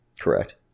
Correct